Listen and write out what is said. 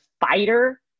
fighter